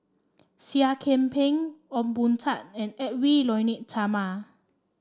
Seah Kian Peng Ong Boon Tat and Edwy Lyonet Talma